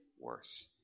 worse